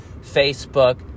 facebook